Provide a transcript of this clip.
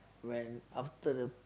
when after the